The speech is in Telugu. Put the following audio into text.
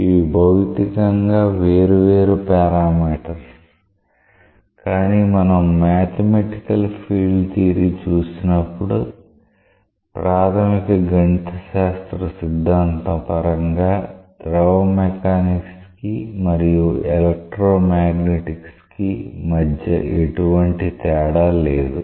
ఇవి భౌతికంగా వేరువేరు పారామీటర్స్ కానీ మనం మాథమెటికల్ ఫీల్డ్ థియరీ చూసినప్పుడు ప్రాథమిక గణిత శాస్త్ర సిద్ధాంతం పరంగా ద్రవ మెకానిక్స్ కి మరియు ఎలక్ట్రో మాగ్నెటిక్స్ కి మధ్య ఎటువంటి తేడా లేదు